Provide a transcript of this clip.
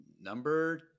Number